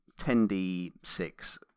10d6